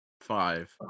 five